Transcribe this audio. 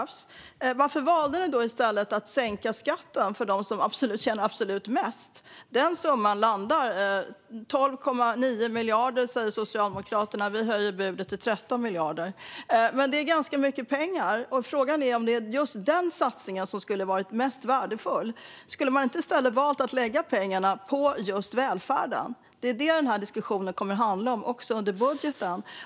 Varför valde ni då att sänka skatten för dem som tjänar absolut mest? Den summan landar enligt Socialdemokraterna på 12,9 miljarder. Vi höjer budet till 13 miljarder. Det är ganska mycket pengar. Frågan är om just den satsningen är mest värdefull. Kunde man inte i stället ha valt att lägga pengarna på just välfärden? Det är det diskussionen kommer att handla om också när det gäller budgeten.